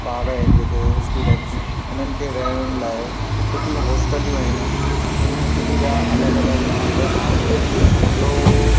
ॿार आहिनि जेके स्टूडंट्स उन्हनि खे रहण लाइ सुठी होस्टलियूं आहिनि ऐं जिनि जा अलॻि अलॻि अघु आहिनि ॿियो